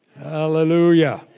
Hallelujah